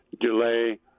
delay